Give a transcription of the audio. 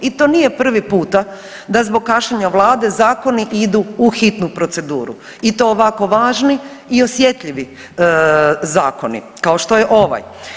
I to nije prvi puta da zbog kašnjenja vlade zakoni idu u hitnu proceduru i to ovako važni i osjetljivi zakoni, kao što je ovaj.